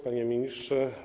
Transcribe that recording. Panie Ministrze!